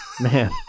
man